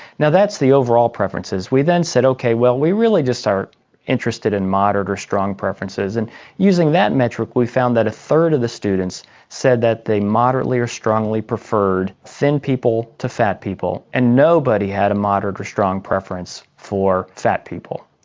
that's the overall preferences. we then said, okay, we really just are interested in moderate or strong preferences, and using that metric we found that a third of the students said that they moderately or strongly preferred thin people to fat people, and nobody had a moderate or strong preference for fat people.